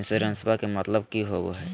इंसोरेंसेबा के मतलब की होवे है?